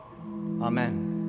Amen